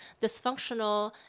dysfunctional